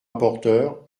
rapporteur